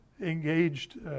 engaged